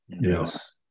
Yes